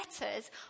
letters